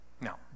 Now